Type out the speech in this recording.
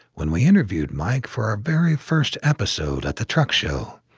when we interviewed mike for our very first episode at the truck show,